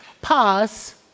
pause